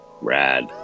Rad